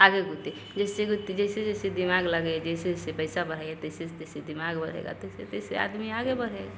आगू जैसे जैसे दिमाग लगे जैसे जैसे पैसा बढ़े तैसे तैसे दिमाग बढेगा तैसे तैसे आदमी आगे बढ़े